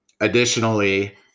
Additionally